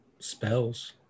Spells